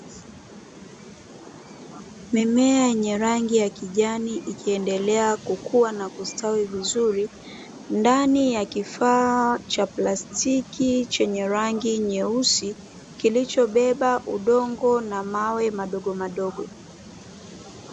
Mimea yenye rangi ya kijani ikiendelea kukua na kustawi vizuri ndani ya kifaa cha plastiki chenye rangi nyeusi, kilichobeba udongo na mawe madogomadogo.